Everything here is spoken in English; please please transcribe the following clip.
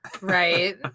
Right